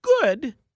good